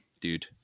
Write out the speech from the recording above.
dude